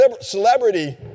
celebrity